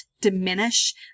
diminish